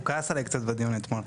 הוא כעס עליי קצת בדיון אתמול,